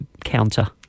counter